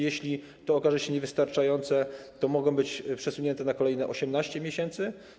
Jeśli to okaże się niewystarczające, to mogą one być przesunięte na kolejne 18 miesięcy.